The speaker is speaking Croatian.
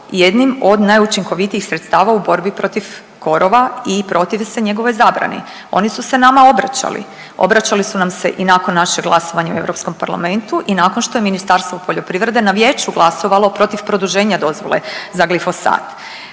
jednim od najučinkovitijih sredstava u borbi protiv korova i protive se njegovoj zabrani. Oni su se nama obraćali, obraćali su nam se i nakon našeg glasovanja u Europskom parlamentu i nakon što je Ministarstvo poljoprivrede na vijeću glasovalo protiv produženja dozvole za glifosat.